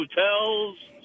hotels